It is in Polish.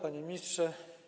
Panie Ministrze!